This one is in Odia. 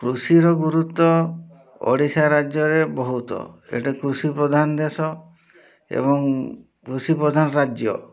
କୃଷିର ଗୁରୁତ୍ୱ ଓଡ଼ିଶା ରାଜ୍ୟରେ ବହୁତ ଏଇଠି କୃଷି ପ୍ରଧାନ ଦେଶ ଏବଂ କୃଷିପ୍ରଧାନ ରାଜ୍ୟ